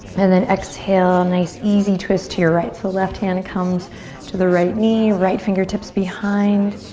and then exhale, nice, easy twist to your right. so left hand to comes to the right knee, right fingertips behind.